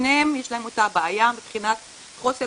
שניהם יש להם אותה בעיה מבחינת חוסר